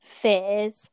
fears